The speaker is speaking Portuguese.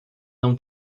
não